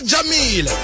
Jamil